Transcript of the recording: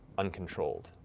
uncontrolled.